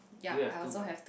do you have two bund~